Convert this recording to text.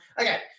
okay